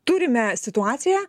turime situaciją